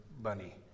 bunny